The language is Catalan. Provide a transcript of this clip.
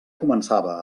començava